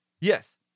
Yes